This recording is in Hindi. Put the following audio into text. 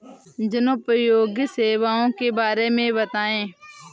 जनोपयोगी सेवाओं के बारे में बताएँ?